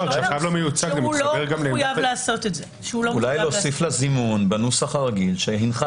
אולי להוסיף לזימון בנוסח הרגיל שהינך